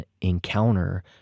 encounter